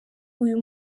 uyu